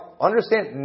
understand